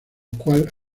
cual